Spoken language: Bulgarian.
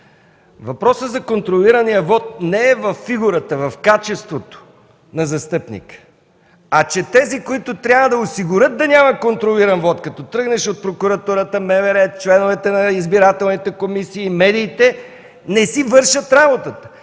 Въпросът за контролирания вот не е във фигурата, в качеството на застъпника, а че тези, които трябва да осигурят да няма контролиран вот, като тръгнеш от прокуратурата, МВР, членовете на избирателните комисии, медиите не си вършат работата.